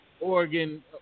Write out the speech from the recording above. Oregon